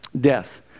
Death